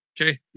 okay